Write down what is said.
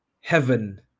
heaven